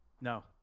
No